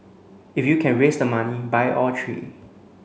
if you can raise the money buy all three